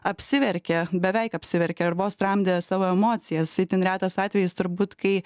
apsiverkė beveik apsiverkė ir vos tramdė savo emocijas itin retas atvejis turbūt kai